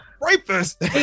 rapist